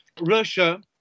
Russia